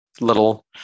little